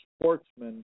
Sportsman